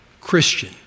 Christian